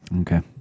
Okay